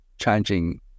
changing